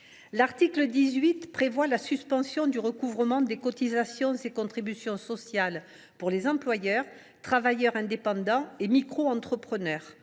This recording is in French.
L’article 18 suspend le recouvrement des cotisations et des contributions sociales pour les employeurs, les travailleurs indépendants et les microentrepreneurs.